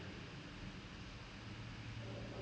she she would say like ah okay பண்ணு:pannu